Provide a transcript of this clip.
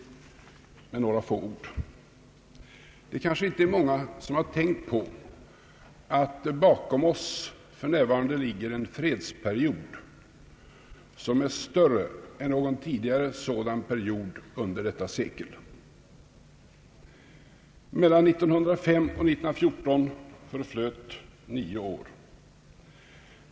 Det är kanske inte många som har tänkt på att bakom oss för närvarande ligger en fredsperiod, som är längre än någon sådan tidigare period under detta sekel. Mellan 1905 och 1914 förflöt 9 år.